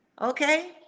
Okay